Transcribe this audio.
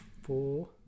Four